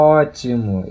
ótimo